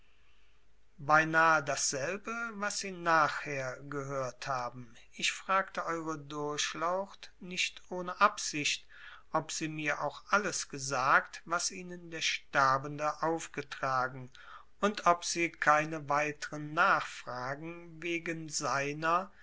beinahe dasselbe was sie nachher gehört haben ich fragte eure durchlaucht nicht ohne absicht ob sie mir auch alles gesagt was ihnen der sterbende aufgetragen und ob sie keine weitern nachfragen wegen seiner